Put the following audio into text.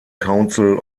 council